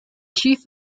chief